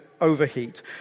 overheat